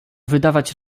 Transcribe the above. wydawać